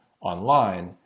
online